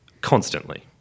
constantly